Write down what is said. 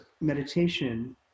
meditation